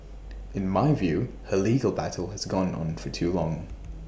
in my view her legal battle has gone on for too long